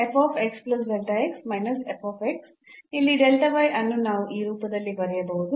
ಇಲ್ಲಿ ಅನ್ನು ನಾವು ಈ ರೂಪದಲ್ಲಿ ಬರೆಯಬಹುದು